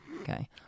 okay